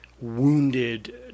wounded